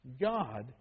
God